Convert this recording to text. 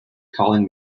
calling